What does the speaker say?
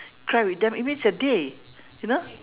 cry with them it makes their day you know